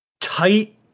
tight